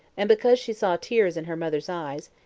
and because she saw tears in her mother's eyes,